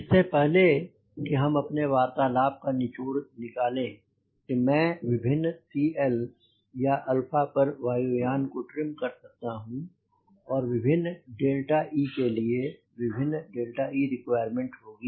इससे पहले कि हम अपने वार्तालाप का निचोड़ निकालें कि मैं विभिन्न CL या पर वायु यान को ट्रिम कर सकता हूँ और विभिन्न e के लिए विभिन्न e requirement होगी